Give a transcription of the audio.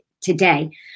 today